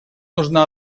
нужна